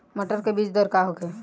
मटर के बीज दर का होखे?